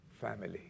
family